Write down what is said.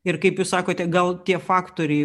ir kaip jūs sakote gal tie faktoriai